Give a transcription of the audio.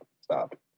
stop